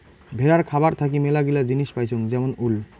ভেড়ার খাবার থাকি মেলাগিলা জিনিস পাইচুঙ যেমন উল